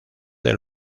del